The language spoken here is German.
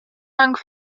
dank